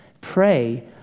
pray